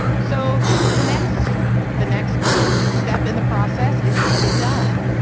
so, the next the next step in the process is get it done,